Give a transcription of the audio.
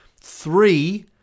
three